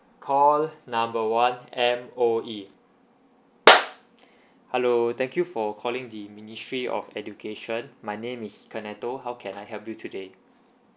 call number one M_O_E hello thank you for calling the ministry of education my name is kenneth toh do how can I help you today